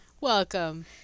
welcome